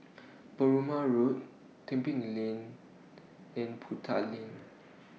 Perumal Road Tebing Lane and Boon Tat LINK